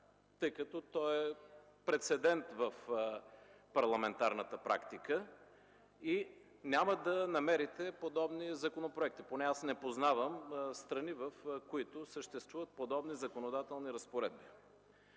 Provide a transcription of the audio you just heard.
тъй като той е прецедент в парламентарната практика, и няма да намерите подобни законопроекти. Поне аз не познавам страни, в които съществуват подобни законодателни разпоредби.